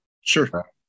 sure